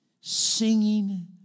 singing